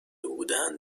بودن